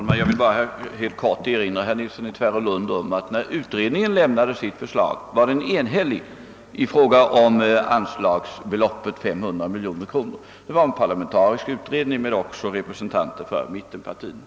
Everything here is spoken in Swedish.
Herr talman! Jag vill erinra herr Nilsson i Tvärålund om att när utredningen lämnade sitt förslag var den enhällig i fråga om anslagsbeloppet 500 miljoner kronor. Det var en parlamentarisk utredning, som också innefattade representanter för mittenpartierna.